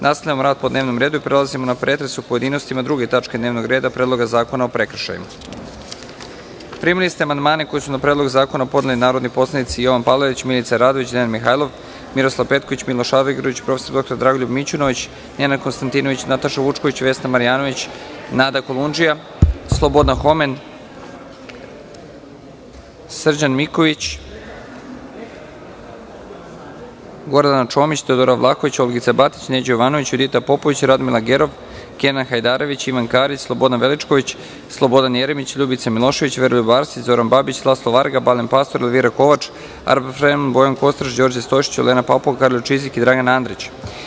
Nastavljamo rad po dnevnom redu i prelazimo na pretres u pojedinostima druge tačke dnevnog reda – PREDLOGA ZAKONA O PREKRŠAJIMA Primili ste amandmane koje su na Predlog zakona podneli narodni poslanici Jovan Palalić, Milica Radović, Dejan Mihajlov, Miroslav Petković, Miloš Aligrudić, prof. dr Dragoljub Mićunović, Nenad Konstantinović, Nataša Vučković, Vesna Marjanović, Nada Kolundžija, Slobodan Homen, Srđan Miković, Gordana Čomić, Teodora Vlahović, Olgica Batić, Neđo Jovanović, Judita Popović, Radmila Gerov, Kenan Hajdarević, Ivan Karić, Slobodan Veličković, Slobodan Jeremić, Ljubica Milošević, Veroljub Arsić, Zoran Babić, Laslo Varga, Balint Pastor, Elvira Kovač, Arpad Fremond, Bojan Kostreš, Đorđe Stojšić, Olena Papuga, Karolj Čizik i Dragan Antić.